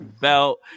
belt